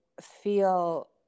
feel